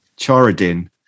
Charadin